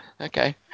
okay